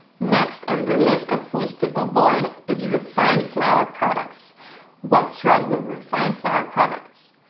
next on the list, of foods to avoid is refined flour products what's wrong with refined flour products?